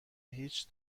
هیچ